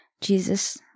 Jesus